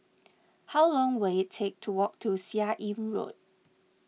how long will it take to walk to Seah Im Road